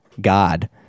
God